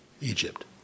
Egypt